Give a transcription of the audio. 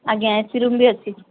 ଆଜ୍ଞା A C room ବି ଅଛି